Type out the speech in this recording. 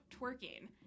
twerking